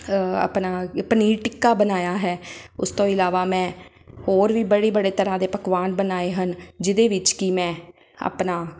ਆਪਣਾ ਪਨੀਰ ਟਿੱਕਾ ਬਣਾਇਆ ਹੈ ਉਸ ਤੋਂ ਇਲਾਵਾ ਮੈਂ ਹੋਰ ਵੀ ਬੜੇ ਬੜੇ ਤਰ੍ਹਾਂ ਦੇ ਪਕਵਾਨ ਬਣਾਏ ਹਨ ਜਿਹਦੇ ਵਿੱਚ ਕਿ ਮੈਂ ਆਪਣਾ